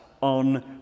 on